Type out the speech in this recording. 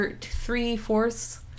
three-fourths